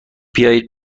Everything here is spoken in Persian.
بیایید